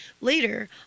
later